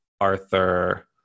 Arthur